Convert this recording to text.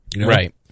Right